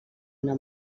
una